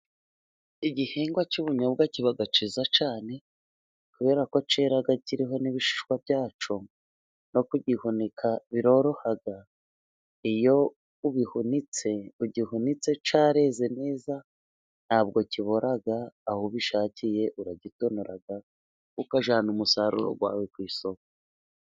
Igihingwa cy'ubunyobwa kiba cyiza cyane, kubera ko cyera kiriho n'ibishishwa byacyo, no kugihunika biroroha iyo ugihunitse cyareze neza ntabwo kibora, aho ubishakiye uragitonora ukajyana umusaruro wawe ku isoko.